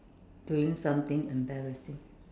doing something embarrassing